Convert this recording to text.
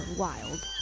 wild